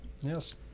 Yes